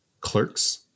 clerks